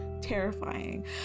terrifying